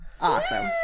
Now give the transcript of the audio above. Awesome